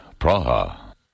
Praha